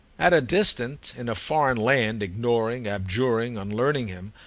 at a distance, in a foreign land, ignoring, abjuring, unlearning him,